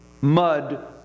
mud